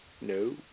No